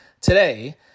today